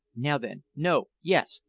now, then! no! yes!